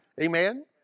Amen